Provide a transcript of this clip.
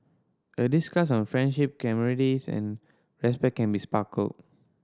a discussion on friendship camaraderies and respect can be sparked